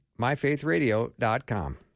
MyFaithRadio.com